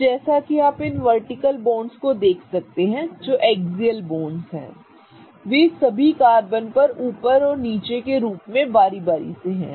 तो जैसा कि आप इन वर्टिकल बॉन्ड्स को देख सकते हैं जो एक्सियल बॉन्ड्स हैं वे सभी कार्बन पर ऊपर और नीचे के रूप में बारी बारी से हैं